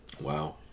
Wow